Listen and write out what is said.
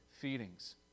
feedings